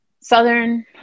southern